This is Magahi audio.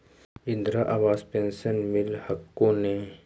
इन्द्रा आवास पेन्शन मिल हको ने?